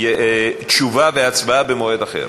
תשובה והצבעה במועד אחר.